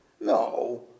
No